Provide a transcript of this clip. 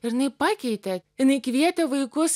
ir jinai pakeitė jinai kvietė vaikus